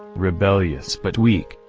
rebellious but weak,